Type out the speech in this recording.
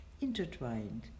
intertwined